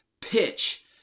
pitch